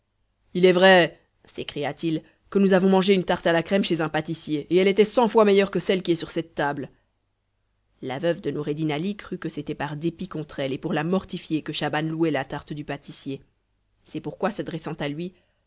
il est vrai s'écria-t-il que nous avons mangé une tarte à la crème chez un pâtissier et elle était cent fois meilleure que celle qui est sur cette table la veuve de noureddin ali crut que c'était par dépit contre elle et pour la mortifier que schaban louait la tarte du pâtissier c'est pourquoi s'adressant à lui